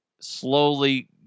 slowly